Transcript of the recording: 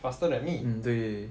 faster than me